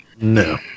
No